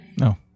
No